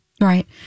Right